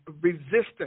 resistance